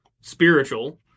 spiritual